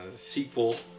sequel